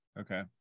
Okay